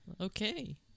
okay